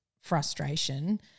frustration